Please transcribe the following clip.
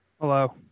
Hello